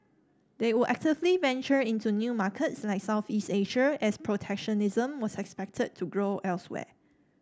they would actively venture into new markets like Southeast Asia as protectionism was expected to grow elsewhere